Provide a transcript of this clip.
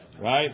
Right